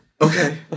okay